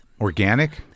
organic